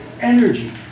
energy